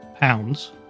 pounds